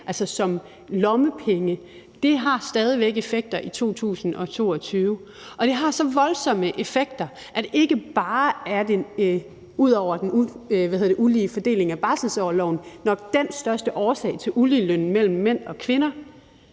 altså som lommepenge, har stadig væk effekter i 2022. Og det har så voldsomme effekter: Ud over den ulige fordeling af barselsorloven er det nok den største årsag til uligeløn mellem mænd og kvinder,